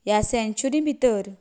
ह्या सेंकच्युरी भितर